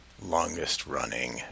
longest-running